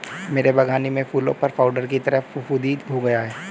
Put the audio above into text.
मेरे बगानी में फूलों पर पाउडर की तरह फुफुदी हो गया हैं